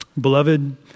Beloved